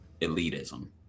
elitism